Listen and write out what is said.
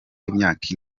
w’imyaka